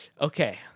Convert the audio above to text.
okay